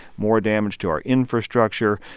more damage to our infrastructure,